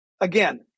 again